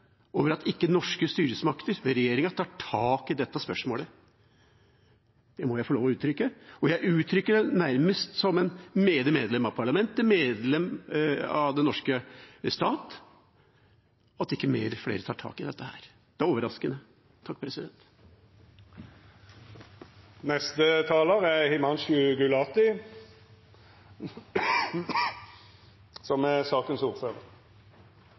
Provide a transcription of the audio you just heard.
over at ikke norske styresmakter – ved regjeringa – tar tak i dette spørsmålet. Det må jeg få lov til å uttrykke, og jeg uttrykker det nærmest som menig medlem av parlamentet, som medlem av den norske stat. At ikke flere tar tak i dette, er overraskende. Jeg fikk lyst til å ta ordet en gang til, for selv om vi er